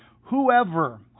whoever